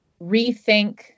rethink